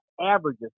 averages